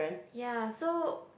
ya so